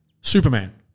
Superman